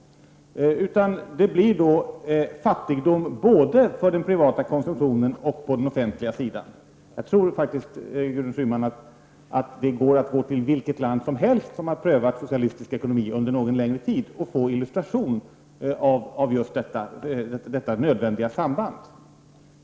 Det blir då en fattigdom som tar sig uttryck både inom den privata konsumtionen och på den offentliga sidan. Jag tror faktiskt, Gudrun Schyman, att man kan gå till vilket land som helst som har prövat en socialistisk ekonomi under någon längre tid för att få en illustration till detta nödvändiga samband.